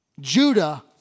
Judah